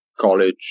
college